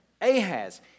Ahaz